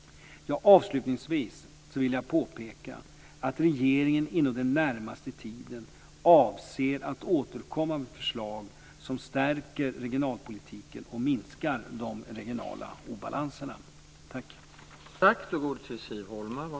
Avslutningsvis vill jag påpeka att regeringen inom den närmaste tiden avser att återkomma med förslag som stärker regionalpolitiken och minskar de regionala obalanserna.